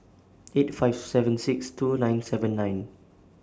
eight five seven six two nine seven nine